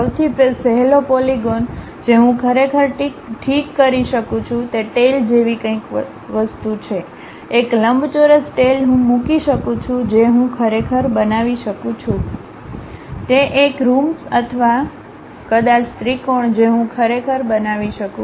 સૌથી સહેલો પોલીગોન જે હું ખરેખર ઠીક કરી શકું છું તે ટેઈલ જેવી કંઈક છે એક લંબચોરસ ટેઈલ હું મૂકી શકું છું જે હું ખરેખર બનાવી શકું તે એક રૂમ્બસ અથવા કદાચ ત્રિકોણ જે હું ખરેખર બનાવી શકું